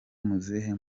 muzehe